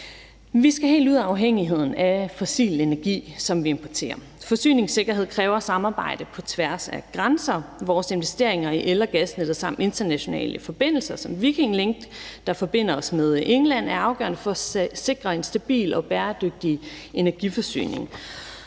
vi skal helt ud af afhængigheden af fossil energi, som vi importerer, og forsyningssikkerhed kræver et samarbejde på tværs af grænser. Vores investeringer i el- og gasnettet samt de internationale forbindelser som Viking Link, der forbinder os med England, er afgørende for at sikre en stabil og bæredygtig energiforsyning,